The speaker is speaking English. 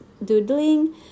doodling